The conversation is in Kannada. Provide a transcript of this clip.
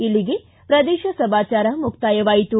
ಇಲ್ಲಿಗೆ ಪ್ರದೇಶ ಸಮಾಚಾರ ಮುಕ್ತಾಯವಾಯಿತು